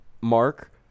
mark